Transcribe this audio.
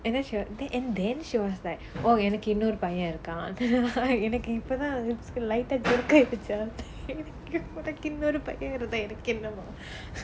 and then she wa~ and then she was like எனக்கு இன்னொரு பையன் இருக்கான் எனக்கு இப்போ தான்:ennakku innoru paiyan irukkaen ennakku ippo thaan light ah jerk ஆயிடுச்சி உனக்கு இன்னொரு பையன் இருந்த எனக்கு என்னமா:aayiduchi unnakku innoru paiyan iruntha ennakku ennamaa